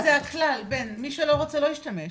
תעשו את זה מרוכז, מי שלא רוצה לא ישתמש.